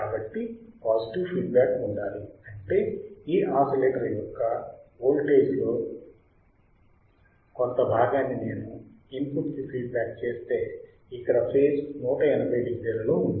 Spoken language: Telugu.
కాబట్టి పాజిటివ్ ఫీడ్ బ్యాక్ ఉండాలి అంటే ఈ ఆసిలేటర్ యొక్క వోల్టేజ్ లో యొక్క కొంత భాగాన్ని నేను ఇన్పుట్ కి ఫీడ్ బ్యాక్ చేస్తే ఇక్కడ ఫేజ్ 180 డిగ్రీలలో ఉంది